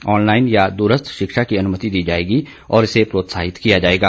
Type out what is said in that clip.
online या दूरस्थ शिक्षा की अनुमति दी जाएगी और इसे प्रोत्साहित किया जाएगा